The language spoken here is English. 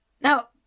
Now